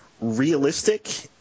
realistic